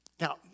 Now